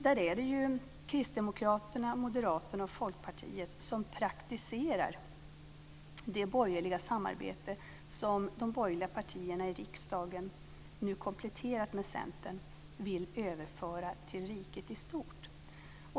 Där är det ju Kristdemokraterna, Moderaterna och Folkpartiet som praktiserar det borgerliga samarbete som de borgerliga partierna i riksdagen, här kompletterade med Centern, vill överföra till riket i stort.